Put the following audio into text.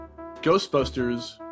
Ghostbusters